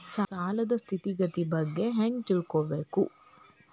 ಸಾಲದ್ ಸ್ಥಿತಿಗತಿ ಬಗ್ಗೆ ಹೆಂಗ್ ತಿಳ್ಕೊಬೇಕು?